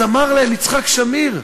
אז אמר להם יצחק שמיר: